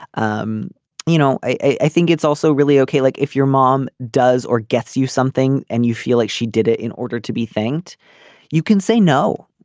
um you know i think it's also really okay like if your mom does or gets you something and you feel like she did it in order to be thanked you can say no